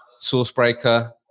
Sourcebreaker